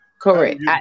Correct